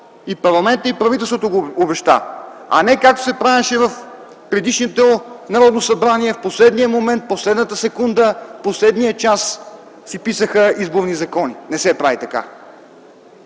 и парламентът, и правителството го обеща, а не както се правеше в предишното Народно събрание, в последния момент, в последната секунда, в последния час си писаха изборни закони. Не се прави така!